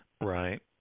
Right